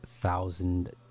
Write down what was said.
thousand